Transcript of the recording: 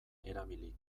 erabili